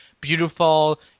beautiful